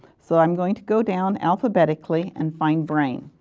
so i am going to go down alphabetically and find brain.